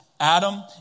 Adam